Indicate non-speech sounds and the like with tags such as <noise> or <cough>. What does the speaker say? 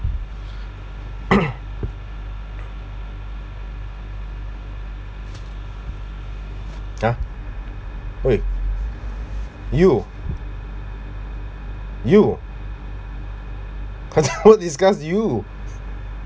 <breath> <coughs> <breath> !huh! !oi! you you I asked what disgusts you